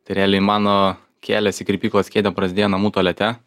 tai realiai mano kelias į kirpyklos kėdę prasidėjo namų tualete